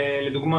לדוגמה,